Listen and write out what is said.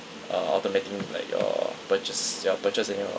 uh automating like your purchase your purchase and all